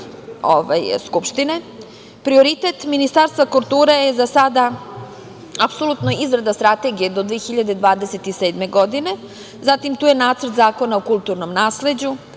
Prioritet Ministarstva kulture je za sada apsolutno izrada strategije do 2027. godine, zatim tu je Nacrt zakona o kulturnom nasleđu,